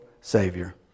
Savior